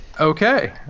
okay